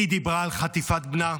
היא דיברה על חטיפת בנה,